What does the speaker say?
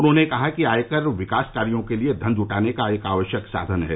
उन्होंने कहा कि आय कर विकास कार्यों के लिए धन जुटाने का एक आवश्यक साधन है